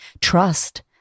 trust